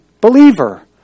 believer